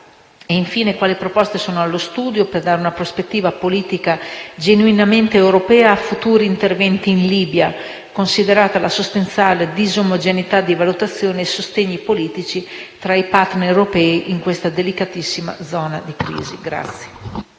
e quali proposte sono allo studio per dare una prospettiva politica genuinamente europea a futuri interventi in Libia, considerata la sostanziale disomogeneità di valutazioni e sostegni politici tra i *partner* europei in quella delicatissima zona di crisi.